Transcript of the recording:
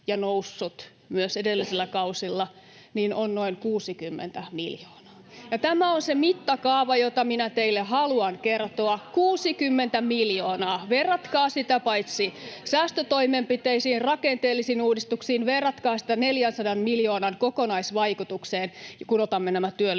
ja noussut myös edellisillä kausilla, on noin 60 miljoonaa. Ja tämä on se mittakaava, jota minä teille haluan kertoa: 60 miljoonaa. Verratkaa sitä säästötoimenpiteisiin, rakenteellisiin uudistuksiin, verratkaa sitä 400 miljoonan kokonaisvaikutukseen, kun otamme nämä työttömyysvakuutusmaksut